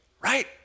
Right